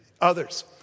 Others